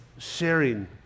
sharing